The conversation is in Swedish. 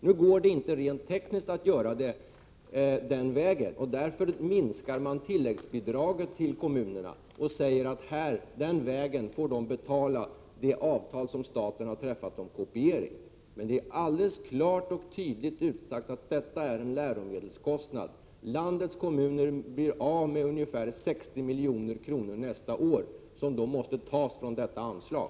Nu går det emellertid rent tekniskt inte att öra det den vägen, och därför minskar man tilläggsbidraget till kommunerna och säger att de den vägen får betala det avtal som staten har träffat om kopiering. Det är alldeles klart och tydligt utsagt att detta är en läromedelskostnad. Landets kommuner blir av med ungefär 60 milj.kr. nästa år, som måste tas från detta anslag.